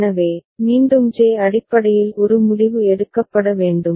எனவே மீண்டும் ஜே அடிப்படையில் ஒரு முடிவு எடுக்கப்பட வேண்டும்